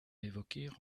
évoquer